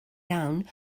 iawn